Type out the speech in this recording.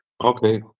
Okay